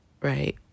right